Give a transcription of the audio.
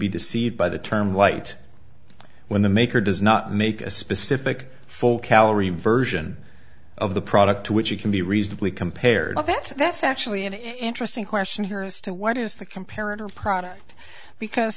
be deceived by the term light when the maker does not make a specific full calorie version of the product to which it can be reasonably compared to that so that's actually an interesting question here as to what is the comparative product because